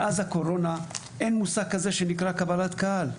מאז הקורונה, אין מושג כזה שנקרא קבלת קהל.